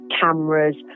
cameras